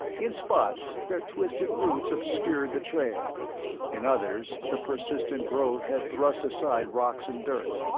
in spots their twisted roots obscured the trail in others the persistent growth had thrust aside rocks and dirt.